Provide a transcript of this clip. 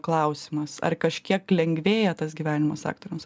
klausimas ar kažkiek lengvėja tas gyvenimas aktoriams